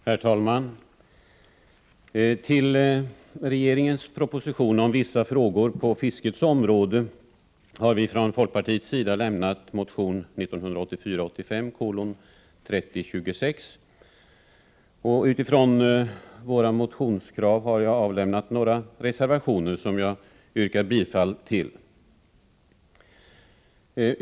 Herr talman! Med anledning av regeringens proposition om vissa frågor på fiskets område har vi från folkpartiets sida väckt motion 1984/85:3026. Jag har utifrån de krav som framförs i vår motion avgivit några reservationer, vilka jag härmed yrkar bifall till.